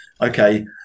Okay